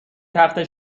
تخته